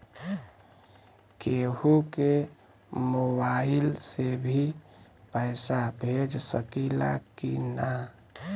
केहू के मोवाईल से भी पैसा भेज सकीला की ना?